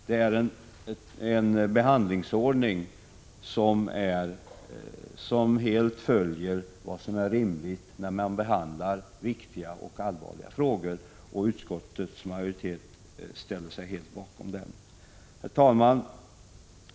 Det är en behandlingsordning som helt följer vad som är rimligt när man behandlar viktiga och allvarliga frågor, och utskottets majoritet ställer sig helt bakom den. Herr talman!